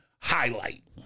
highlight